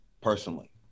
personally